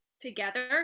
together